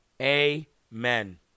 Amen